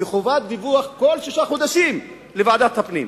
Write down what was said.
וחובת דיווח כל שישה חודשים לוועדת הפנים.